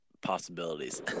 possibilities